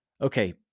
Okay